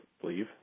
believe